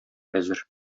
әзер